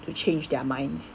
to change their minds